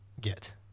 get